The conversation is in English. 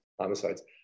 homicides